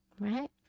Right